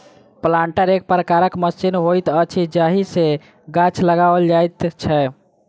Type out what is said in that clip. planter एक प्रकारक machine होइत अछि जाहि सॅ गाछ लगाओल जाइत छै